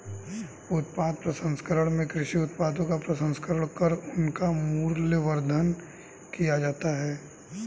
उत्पाद प्रसंस्करण में कृषि उत्पादों का प्रसंस्करण कर उनका मूल्यवर्धन किया जाता है